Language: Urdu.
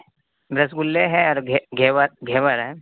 رس گلے ہیں اور گھیور ہیں